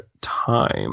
time